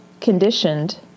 conditioned